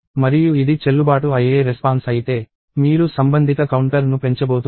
మరియు ఇది చెల్లుబాటు అయ్యే రెస్పాన్స్ అయితే మీరు సంబంధిత కౌంటర్ను పెంచబోతున్నారు